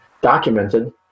documented